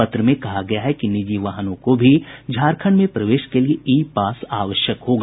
पत्र में कहा गया है कि निजी वाहनों को भी झारखंड में प्रवेश के लिये ई पास आवश्यक होगा